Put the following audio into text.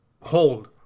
hold